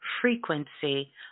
frequency